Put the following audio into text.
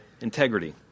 integrity